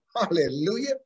hallelujah